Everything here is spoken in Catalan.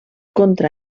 contra